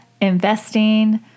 investing